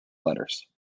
letters